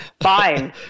Fine